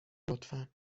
لطفا